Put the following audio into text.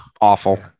awful